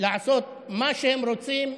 לעשות מה שהם רוצים,